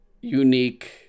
unique